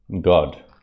God